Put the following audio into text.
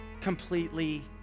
completely